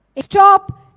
Stop